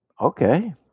Okay